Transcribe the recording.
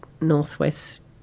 northwest